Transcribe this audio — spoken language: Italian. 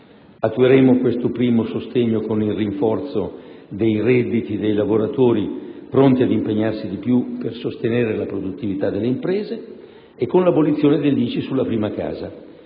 Attueremo questo primo sostegno con il rinforzo dei redditi dei lavoratori pronti ad impegnarsi di più per sostenere la produttività delle imprese e con l'abolizione dell'ICI sulla prima casa.